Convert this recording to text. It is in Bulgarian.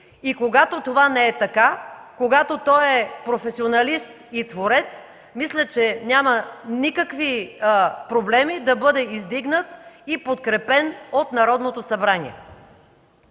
и когато това не е така, когато той е професионалист и творец, мисля, че няма никакви проблеми да бъде издигнат и подкрепен от Народното събрание.